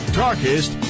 darkest